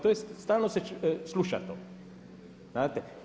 To je stalno se sluša to, znate.